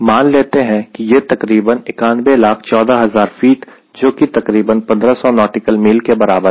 मान लेते हैं कि यह करीबन 9114000 फीट जोकि तकरीबन 1500 नॉटिकल मील के बराबर है